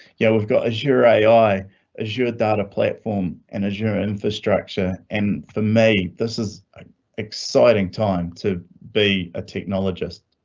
yeah, we've got azure ai ai azure data platform in azure infrastructure, and for maine this is exciting. time to be a technologist.